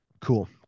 cool